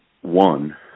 one